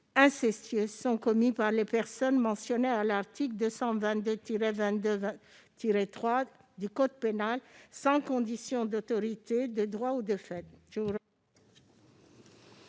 incestueux sont commis par les personnes mentionnées à l'article 222-22-3 du code pénal, sans condition d'autorité de droit ou de fait.